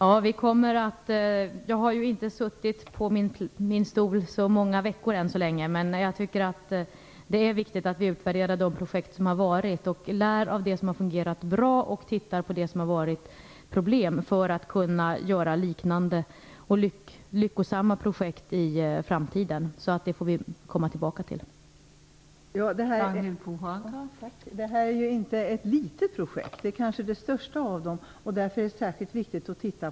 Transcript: Fru talman! Jag har ju inte suttit på min stol så många veckor ännu, men jag tycker att det är viktigt att vi utvärderar de projekt som ha varit och lär av det som har fungerat bra och tittar på problemen för att kunna göra liknande lyckosamma projekt i framtiden. Vi får komma tillbaka till det.